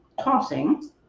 tossing